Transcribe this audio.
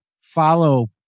follow